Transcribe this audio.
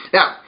Now